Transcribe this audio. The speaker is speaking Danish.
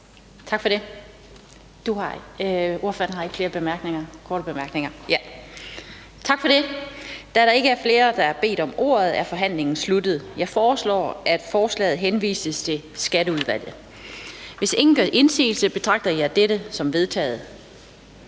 Hyllested. Da der ikke er flere, der har bedt om ordet, er forhandlingen sluttet. Jeg foreslår, at forslaget henvises til Miljø- og Fødevareudvalget. Hvis ingen gør indsigelse, betragter jeg dette som vedtaget.